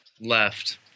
left